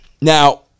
Now